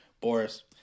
Boris